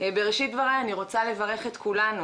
בראשית דבריי אני רוצה לברך את כולנו